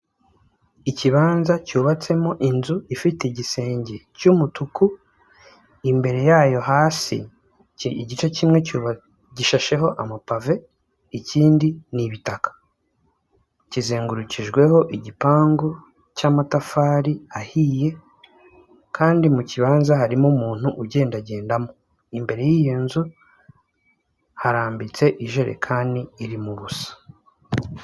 Ikibanza cyubatsemo inzu ifite igisenge cy'umutuku, imbere yayo hasi igice kimwe gishasheho amapave ikindi nibitaka. Kizengurukijweho igipangu cy'amatafari ahiye, kandi mu kibanza harimo umuntu ugendagendamo. Imbere y'iyo nzu harambitse ijerekani iririmo ubusa.